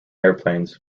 airplanes